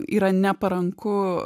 yra neparanku